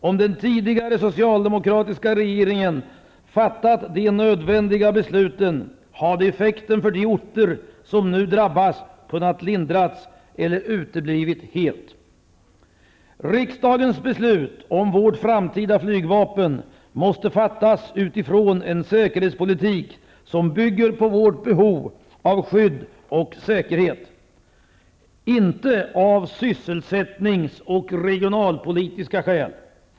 Om den tidigare socialdemokratiska regeringen fattat de nödvändiga besluten hade effekten för de orter som nu drabbas kunnat lindras eller uteblivit helt. Riksdagens beslut om vårt framtida flygvapen måste fattas utifrån en säkerhetspolitik som bygger på vårt behov av skydd och säkerhet och inte av sysselsättnings och regionalpolitiska skäl.